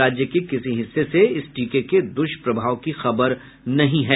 राज्य के किसी हिस्से से इस टीके के दुष्प्रभाव की खबर नहीं है